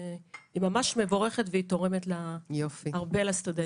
היא ממש מבורכת ותורמת הרבה לסטודנטים.